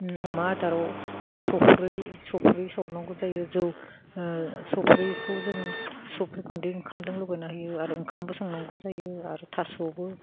अमा आदाराव सफ्रै सावनांगौ जायो जौ सफ्रैखौ जों सफ्रै गुन्दै ओंखामदों लगायनानै होयो आरो ओंखामबो संनांगौ जायो आरो थास'बो